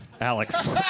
Alex